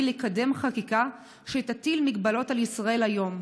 לקדם חקיקה שתטיל מגבלות על ישראל היום,